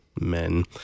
men